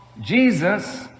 Jesus